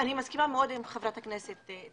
אני מסכימה מאוד עם ח"כ טלי,